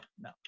no